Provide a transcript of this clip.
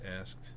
asked